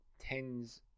tens